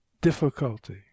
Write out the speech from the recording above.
difficulty